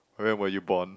where were you born